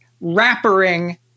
wrapping